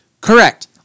Correct